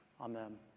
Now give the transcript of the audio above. amen